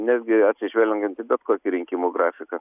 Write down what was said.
netgi atsižvelgiant į bet kokį rinkimų grafiką